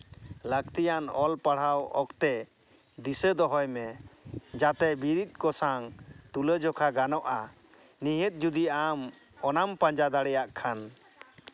ᱞᱟᱹᱠᱛᱤᱭᱟᱱ ᱚᱞ ᱯᱟᱲᱦᱟᱣ ᱚᱠᱛᱮ ᱫᱤᱥᱟᱹ ᱫᱚᱦᱚᱭ ᱢᱮ ᱡᱟᱛᱮ ᱵᱤᱨᱤᱫ ᱠᱚ ᱥᱟᱝ ᱛᱩᱞᱟᱹᱡᱚᱠᱷᱟ ᱜᱟᱱᱚᱜᱼᱟ ᱱᱤᱦᱟᱹᱛ ᱡᱩᱫᱤ ᱟᱢ ᱚᱱᱟᱢ ᱯᱟᱸᱡᱟ ᱫᱟᱲᱮᱭᱟᱜ ᱠᱷᱟᱱ